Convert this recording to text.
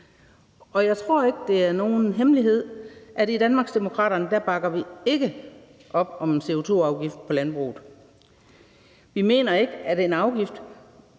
Jeg tror ikke, det er nogen hemmelighed, at i Danmarksdemokraterne bakker vi ikke op om en CO2-afgift på landbruget. Vi mener ikke, at en afgift